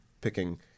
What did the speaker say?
picking